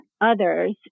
others